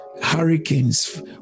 hurricanes